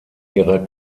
ihrer